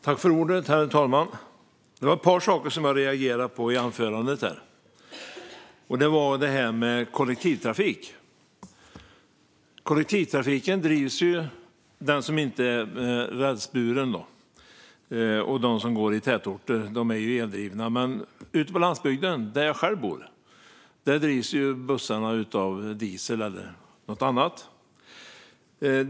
Herr talman! Det var ett par saker som jag reagerade på i Ulrika Heies anförande, och det gäller kollektivtrafik. Den rälsburna kollektivtrafiken och den som går i tätorter är eldriven. Men ute på landsbygden där jag själv bor drivs bussarna med diesel eller något annat.